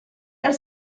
nel